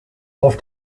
auf